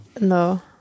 No